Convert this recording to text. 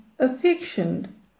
affectioned